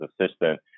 assistant